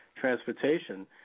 Transportation